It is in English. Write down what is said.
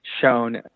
shown